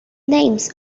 names